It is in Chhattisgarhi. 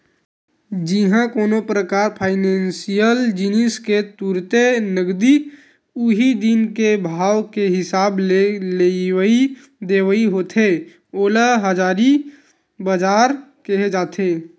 जिहाँ कोनो परकार फाइनेसियल जिनिस के तुरते नगदी उही दिन के भाव के हिसाब ले लेवई देवई होथे ओला हाजिर बजार केहे जाथे